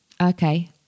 Okay